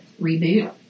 reboot